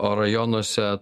o rajonuose